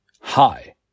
hi